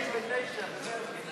158-157 נתקבלו.